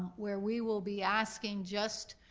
where we will be asking just